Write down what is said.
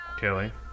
Kelly